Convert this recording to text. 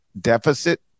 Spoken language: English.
deficit